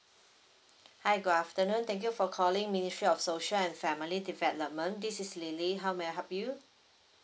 hi good afternoon thank you for calling ministry of social and family development this is lily how may I help you